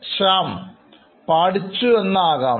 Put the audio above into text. Shyam പഠിച്ചു എന്ന് ആകാംക്ഷ